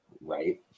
Right